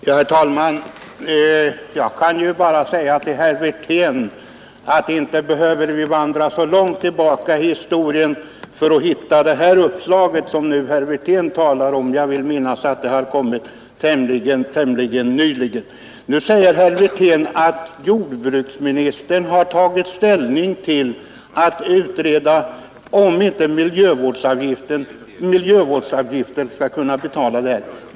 Herr talman! Jag kan bara säga till herr Wirtén, att inte behöver vi vandra så långt tillbaka i historien för att hitta det här uppslaget som nu herr Wirtén talar om. Jag vill minnas att det har kommit tämligen nyligen. Nu säger herr Wirtén att jordbruksministern har tagit ställning till en utredning, om inte miljövårdsavgifter skall kunna betala detta.